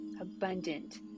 abundant